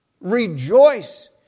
rejoice